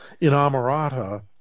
inamorata